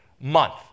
month